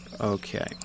Okay